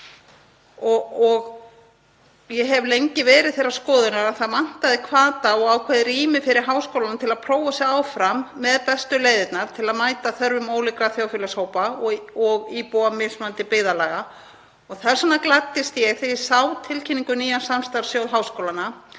Ég hef lengi verið þeirrar skoðunar að það vantaði hvata og ákveðið rými fyrir háskólana til að prófa sig áfram með bestu leiðirnar til að mæta þörfum ólíkra þjóðfélagshópa og íbúa mismunandi byggðarlaga. Þess vegna gladdist ég þegar ég sá tilkynningu um nýjan samstarfssjóð háskólanna